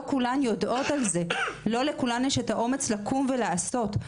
כולן יודעות על זה לא לכולן יש את האומץ לקום ולעשות.